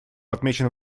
отмечен